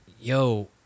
yo